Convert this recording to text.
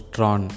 Tron